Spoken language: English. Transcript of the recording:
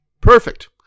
perfect